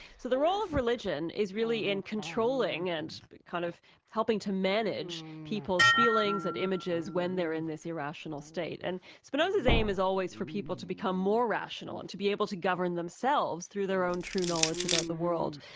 so the role of religion is really in controlling and kind of helping to manage people's feelings and images when they're in this irrational state. and spinoza's aim is always for people to become more rational and to be able to govern themselves through their own true knowledge about the world.